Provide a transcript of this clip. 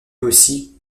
aussi